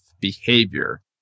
behavior